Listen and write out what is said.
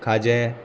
खाजें